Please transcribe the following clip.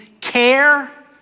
care